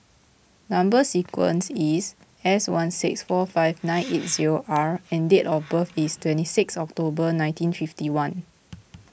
Number Sequence is S one six four five nine eight zero R and date of birth is twenty six October nineteen fifty one